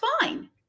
fine